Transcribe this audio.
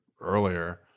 earlier